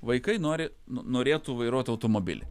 vaikai nori no norėtų vairuot automobilį